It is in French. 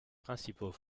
principaux